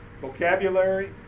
vocabulary